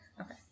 Okay